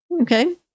okay